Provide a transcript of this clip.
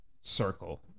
circle